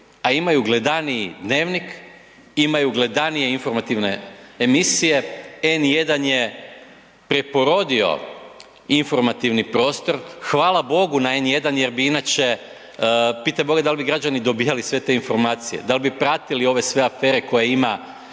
a imaju gledaniji dnevnik imaju gledanije informativne emisije. N1 je preporodio informativni prostor, hvala Bogu na N1 jer bi inače, pitaj Boga da li bi građani dobivali sve te informacije, dal bi pratili ove sve afere koje imamo